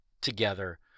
together